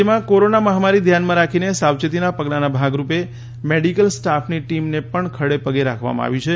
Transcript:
રાજ્યમાં કોરોના મહામારી ધ્યાનમાં રાખીને સાવચેતીના પગલાના ભાગરૂપે મેડિકલ સ્ટાફની ટીમને પણ ખડેપગે રાખવામાં આવી છે